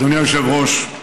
אדוני היושב-ראש,